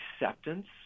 acceptance